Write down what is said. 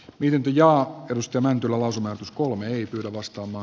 virpi ja perustelen tulosvaroitus kun ei ole vastaavaa